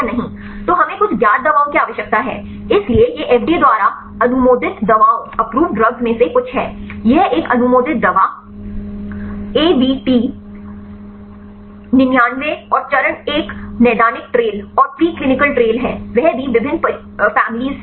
तो हमें कुछ ज्ञात दवाओं की आवश्यकता है इसलिए ये एफडीए द्वारा अनुमोदित दवाओं में से कुछ हैं यह एक अनुमोदित दवा एबीटी 199 और चरण एक नैदानिक ट्रेल और प्रीक्लिनिकल ट्रेल है वह भी विभिन्न परिवारों से